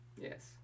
Yes